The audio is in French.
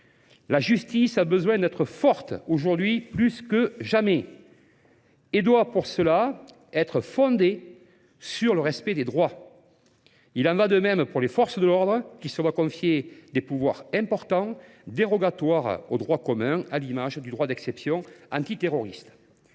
la justice a besoin d'être forte aujourd'hui plus que jamais et doit pour cela être fondée sur le respect des droits. Il en va de même pour les forces de l'ordre qui se doit confier des pouvoirs importants dérogatoires aux droits communs à l'image du droit d'exception antiterroriste.